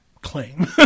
claim